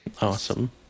Awesome